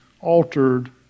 altered